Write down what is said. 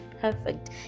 perfect